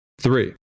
Three